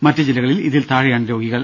മറ്റു ജില്ലകളിൽ ഇതിൽ താഴെയാണ് രോഗികൾ